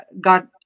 got